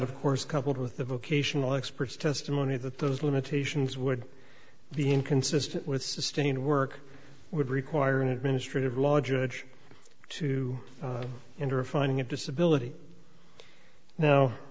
of course coupled with the vocational expert's testimony that those limitations would be inconsistent with sustained work would require an administrative law judge to enter a finding of disability now